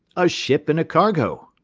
a ship and a cargo.